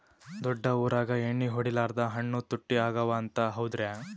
ದೊಡ್ಡ ಊರಾಗ ಎಣ್ಣಿ ಹೊಡಿಲಾರ್ದ ಹಣ್ಣು ತುಟ್ಟಿ ಅಗವ ಅಂತ, ಹೌದ್ರ್ಯಾ?